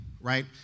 right